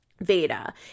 Veda